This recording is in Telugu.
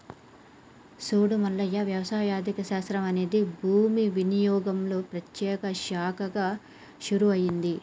సూడు మల్లయ్య వ్యవసాయ ఆర్థిక శాస్త్రం అనేది భూమి వినియోగంలో ప్రత్యేక శాఖగా షురూ అయింది